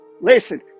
Listen